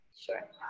sure